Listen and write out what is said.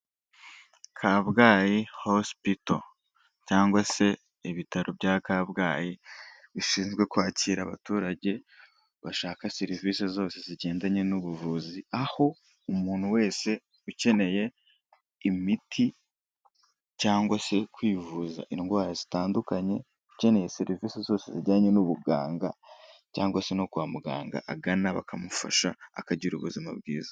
Kabgayi hosipito cyangwa se ibitaro bya Kabgayi, bishinzwe kwakira abaturage bashaka serivisi zose zigendanye n'ubuvuzi, aho umuntu wese ukeneye imiti cyangwa se kwivuza indwara zitandukanye, ukeneye serivisi zose zijyanye n'ubuganga cyangwa se no kwa muganga, agana bakamufasha akagira ubuzima bwiza.